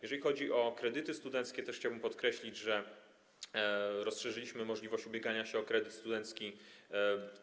Jeżeli chodzi o kredyty studenckie, chciałbym podkreślić, że rozszerzyliśmy możliwość ubiegania się o kredyt studencki.